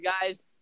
guys